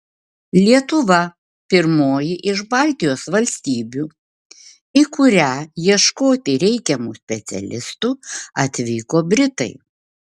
lietuva pirmoji iš baltijos valstybių į kurią ieškoti reikiamų specialistų atvyko britai